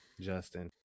Justin